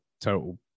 total